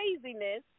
craziness